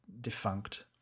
defunct